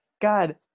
God